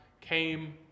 came